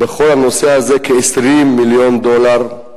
בכל הנושא הזה ב-20 מיליון דולר,